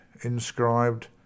inscribed